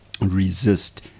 resist